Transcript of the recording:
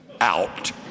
out